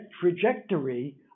trajectory